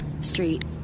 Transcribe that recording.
Street